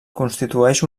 constitueix